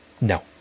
no